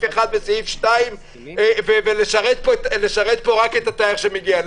אחד או שניים ולשרת רק את התייר שמגיע.